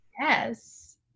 yes